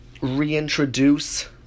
reintroduce